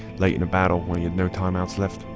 late in a battle when he had no timeouts left.